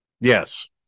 Yes